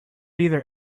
either